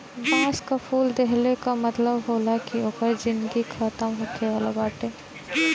बांस कअ फूल देहले कअ मतलब होला कि ओकर जिनगी खतम होखे वाला बाटे